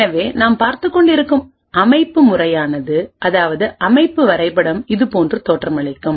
எனவே நாம் பார்த்துக்கொண்டிருக்கும்அமைப்பு முறையானது அதாவது அமைப்பு வரைபடம் இதுபோன்ற தோற்றமளிக்கும்